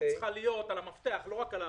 התחרות צריכה להיות על המפתח ולא רק על הפיתוח.